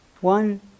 One